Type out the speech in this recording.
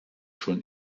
schon